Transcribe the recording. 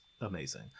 amazing